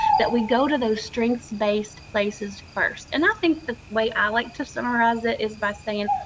that we go to those strengths-based places first. and i think the way i like to summarize it is by saying,